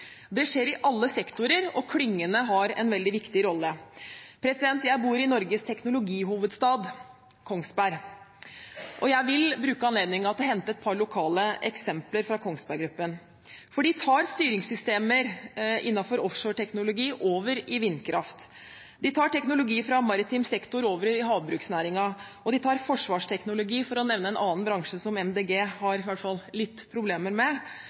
Det skjer i alle sektorer, og klyngene har en veldig viktig rolle. Jeg bor i Norges teknologihovedstad, Kongsberg, og jeg vil bruke anledningen til å hente et par lokale eksempler fra Kongsberg Gruppen. De tar styringssystemer innenfor offshoreteknologi over i vindkraft, de tar teknologi fra maritim sektor over i havbruksnæringen, og de tar forsvarsteknologi, for å nevne en annen bransje som MDG i hvert fall har litt problemer med,